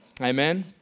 Amen